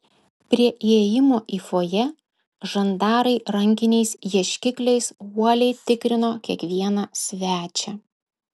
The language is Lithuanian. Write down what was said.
prie įėjimo į fojė žandarai rankiniais ieškikliais uoliai tikrino kiekvieną svečią